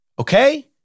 okay